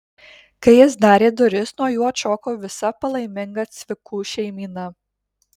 kai jis darė duris nuo jų atšoko visa palaiminga cvikų šeimyna